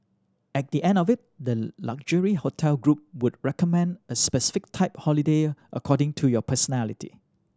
at the end of it the luxury hotel group would recommend a specific type holiday according to your personality